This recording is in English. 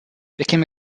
became